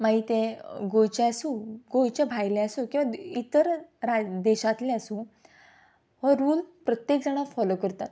मागीर तें गोंयचें आसूं गोंयचें भायलें आसूं किंवां इतर देशांतलें आसूं हो रूल प्रत्येक जाणा फोलो करतात